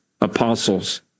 apostles